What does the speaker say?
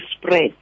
spread